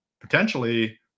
potentially